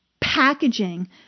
Packaging